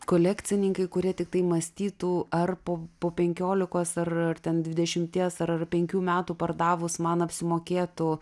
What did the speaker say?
kolekcininkai kurie tiktai mąstytų ar po po penkiolikos ar ten dvidešimties ar penkių metų pardavus man apsimokėtų